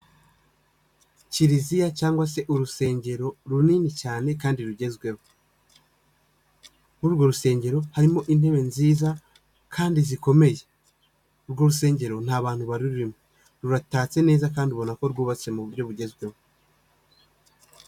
Kiliziya cyangwa se urusengero runini cyane kandi rugezweho muri urwo rusengero harimo intebe nziza kandi zikomeye urwo rusengero nta bantu barurimo, ruratatse neza kandi ubona ko rwubatse mu buryo bugezweho.